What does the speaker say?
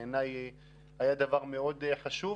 בעיניי זה היה דבר מאוד חשוב.